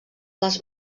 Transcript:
les